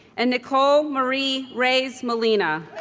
and nicole marie reyes-molina